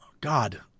God